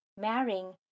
marrying